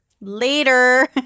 Later